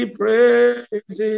praise